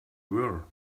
were